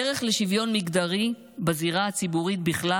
הדרך לשוויון מגדרי בזירה הציבורית בכלל